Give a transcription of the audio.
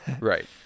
Right